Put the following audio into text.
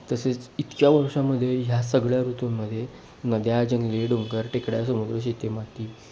तसेच इतक्या वर्षामध्ये ह्या सगळ्या ऋतूंमध्ये नद्या जंगले डोंगर टेकड्या समुद्र शेतीमाती